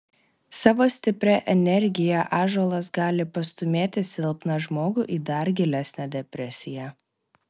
savo stipria energija ąžuolas gali pastūmėti silpną žmogų į dar gilesnę depresiją